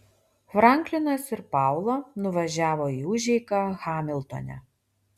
franklinas ir paula nuvažiavo į užeigą hamiltone